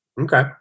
Okay